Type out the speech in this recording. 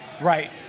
Right